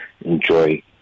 enjoy